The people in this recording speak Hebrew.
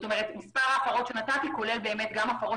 כך שמספר ההפרות שנתתי כולל גם הפרות